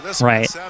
Right